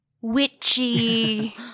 witchy